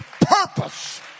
purpose